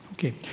Okay